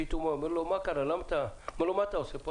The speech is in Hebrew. אמר לו אדם בשיח לפי תומו ושאל: מה אתה עושה פה?